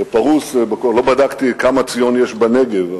לא בדקתי כמה "ציון" יש בנגב,